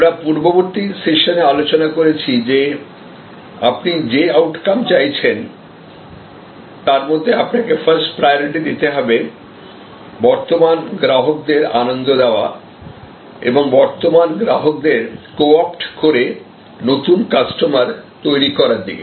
আমরা পূর্ববর্তী সেশনে আলোচনা করেছি যে আপনি যে আউটকাম চাইছেন তার মধ্যে আপনাকে ফার্স্ট প্রায়োরিটি দিতে হবে বর্তমান গ্রাহকদের আনন্দ দেওয়া এবং বর্তমান গ্রাহকদের কো অপ্ট করে নতুন কাস্টমার তৈরি করার দিকে